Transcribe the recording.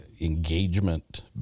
engagement